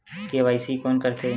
KYC कोन करथे?